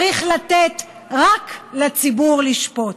צריך לתת רק לציבור לשפוט.